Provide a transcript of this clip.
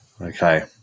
Okay